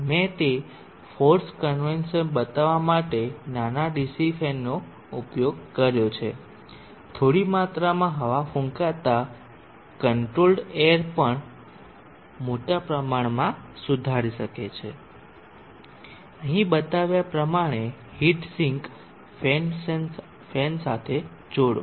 અહી બતાવ્યા પ્રમાણે હીટ સિંક સાથે ફેન જોડો